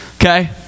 okay